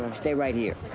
um stay right here.